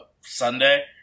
Sunday